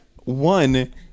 one